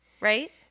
Right